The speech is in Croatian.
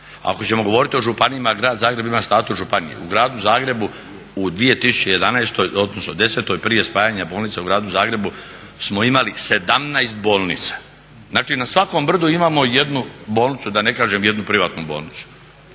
Ako ćemo govoriti o županijama, grad Zagreb ima status županije, u gradu Zagrebu u 2010.prije spajanja bolnica u gradu Zagrebu smo imali 17 bolnica, znači na svakom brdu imamo jednu bolnicu, da ne kažem jednu privatnu bolnicu.